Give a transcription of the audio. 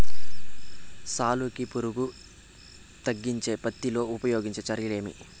సాలుకి పులుగు తగ్గించేకి పత్తి లో ఉపయోగించే చర్యలు ఏమి?